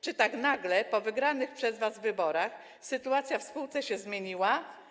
Czy tak nagle po wygranych przez was wyborach sytuacja w spółce się zmieniła?